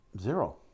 zero